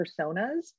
personas